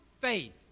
faith